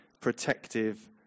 protective